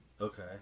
Okay